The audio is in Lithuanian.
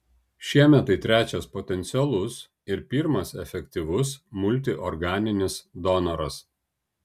šiemet tai trečias potencialus ir pirmas efektyvus multiorganinis donoras